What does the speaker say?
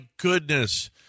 goodness